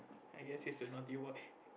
I guess he's a naughty boy